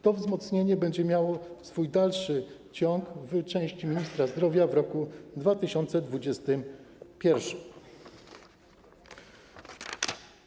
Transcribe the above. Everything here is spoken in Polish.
To wzmocnienie będzie miało swój dalszy ciąg w części ministra zdrowia w roku 2021.